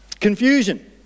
Confusion